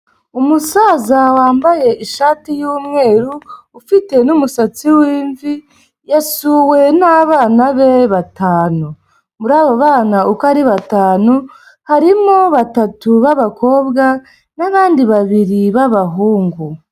Umusaza wambaye ishati y'umweru ufite n'umusatsi w'imvi yasuwe nabana be batanu, muri aba bana uko ari batanu harimo batatu b'abakobwa n'abandi babiri b'abahungu.